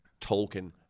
Tolkien